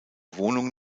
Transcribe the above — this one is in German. wohnung